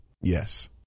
Yes